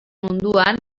munduan